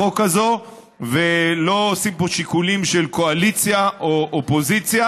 החוק הזאת ולא עושים פה שיקולים של קואליציה או אופוזיציה,